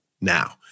Now